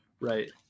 Right